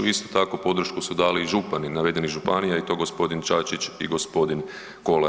Isto tako podršku su dali i župani navedenih županija i to gospodin Čačić i gospodin Kolar.